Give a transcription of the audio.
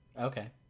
Okay